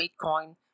Bitcoin